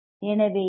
எனவே எல்